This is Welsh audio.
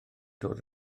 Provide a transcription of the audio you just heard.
dod